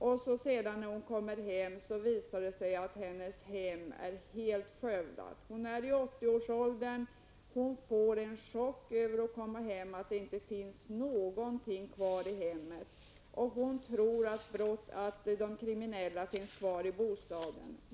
När hon sedan kommer hem visar det sig att hennes hem är helt skövlat. Hon är i 80 årsåldern. Hon får en chock när hon kommer hem och upptäcker att det inte finns någonting kvar i hemmet, och hon tror att de kriminella finns kvar i bostaden.